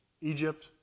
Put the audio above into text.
Egypt